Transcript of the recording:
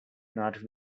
not